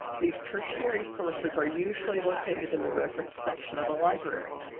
these tertiary sources are usually located in the reference section of a library.